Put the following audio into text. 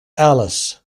alice